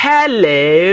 Hello